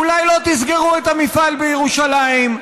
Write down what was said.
אולי לא תסגרו את המפעל בירושלים?